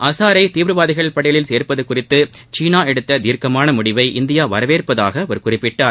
அஸாரை தீவிரவாதிகள் பட்டியலில் சோ்பது குறிதது சீனா எடுத்த தீர்க்கமான முடிவை இந்தியா வரவேற்பதாக அவர் குறிப்பிட்டார்